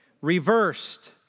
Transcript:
reversed